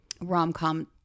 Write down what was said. rom-com